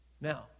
Now